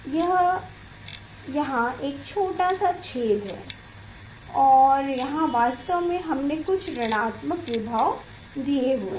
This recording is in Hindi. यह एक छोटा सा छेद है और यहाँ वास्तव में हमने कुछ ऋणात्मक विभव दिए हैं